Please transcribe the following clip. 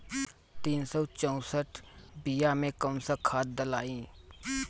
तीन सउ चउसठ बिया मे कौन खाद दलाई?